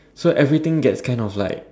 so everything gets kind of like